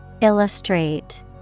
Illustrate